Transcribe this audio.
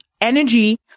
energy